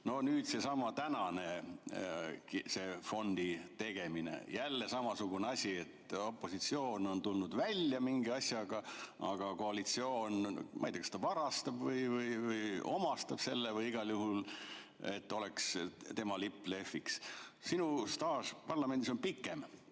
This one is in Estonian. No nüüd seesama tänane fondi tegemine – jälle samasugune asi, et opositsioon on tulnud välja mingi asjaga, aga koalitsioon, ma ei tea, kas ta varastab või omastab selle, et igal juhul tema lipp lehviks. Sinu staaž parlamendis on pikem.